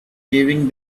giving